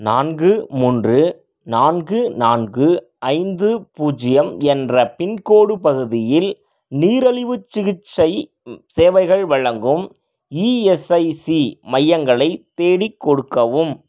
நான்கு மூன்று நான்கு நான்கு ஐந்து பூஜ்ஜியம் என்ற பின்கோட் பகுதியில் நீரழிவுச் சிகிச்சை சேவைகள் வழங்கும் இஎஸ்ஐசி மையங்களை தேடிக் கொடுக்கவும்